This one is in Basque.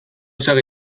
segi